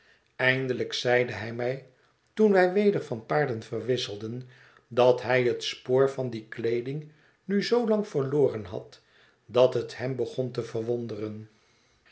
eindelijk zeide hij mij toen wij weder van paarden verwisselden dat hij het spoor van die kleeding nu zoo lang verloren had dat het hem begon te verwonderen